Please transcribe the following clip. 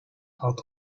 out